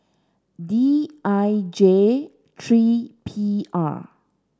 D I J three P R